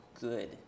good